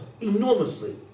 enormously